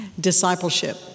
Discipleship